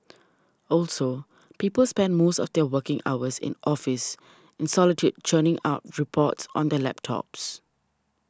also people spend most of their working hours in office in solitude churning out reports on their laptops